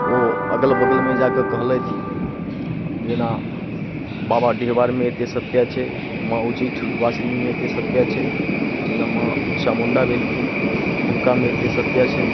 ओ अगल बगलमे जा कऽ कहलथि जेना बाबा डीहवारमे एतेक सत्यता छै माँ उच्चैठ वासिनीमे एतेक सत्यता छै जेना माँ चामुण्डा भेलखिन हुनकामे एतेक सत्यता छै